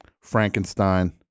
Frankenstein